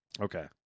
Okay